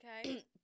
okay